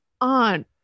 on